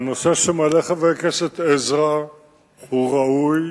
הנושא שמעלה חבר הכנסת עזרא הוא ראוי,